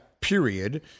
period